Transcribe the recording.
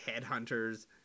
headhunters